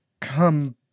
come